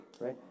right